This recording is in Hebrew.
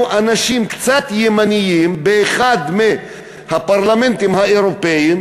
אנשים קצת ימנים באחד מהפרלמנטים האירופיים,